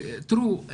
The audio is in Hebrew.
תראו,